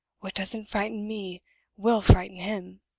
what doesn't frighten me will frighten him!